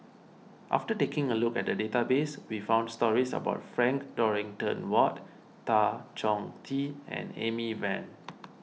after taking a look at the database we found stories about Frank Dorrington Ward Tan Chong Tee and Amy Van